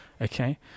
okay